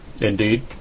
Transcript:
Indeed